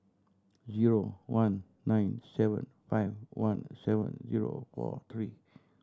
zero one nine seven five one seven zero four three